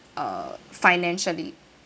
uh financially